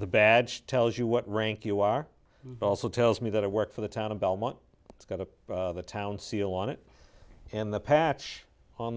the bad tells you what rank you are but also tells me that i work for the town of belmont it's got to the town seal on it and the patch on